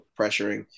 pressuring